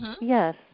Yes